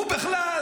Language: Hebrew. הוא בכלל,